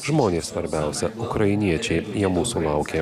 žmonės svarbiausia ukrainiečiai jie mūsų laukia